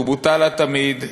ובוטל התמיד,